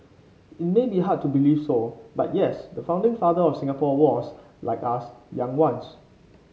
it might be hard to believe so but yes the founding father of Singapore was like us young once